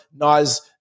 Nas